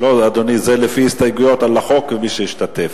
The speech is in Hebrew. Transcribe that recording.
לא, אדוני, זה לפי הסתייגויות על החוק ומי שהשתתף.